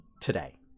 today